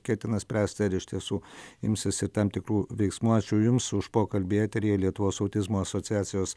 ketina spręsti ar iš tiesų imsis ir tam tikrų veiksmų ačiū jums už pokalbį eteryje lietuvos autizmo asociacijos